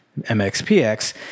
MXPX